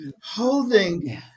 holding